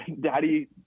Daddy